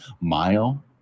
mile